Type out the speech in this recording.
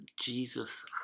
Jesus